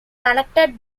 connected